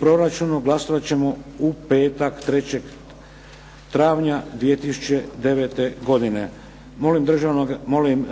proračunu glasovat ćemo u petak 3. travnja 2009. godine. Molim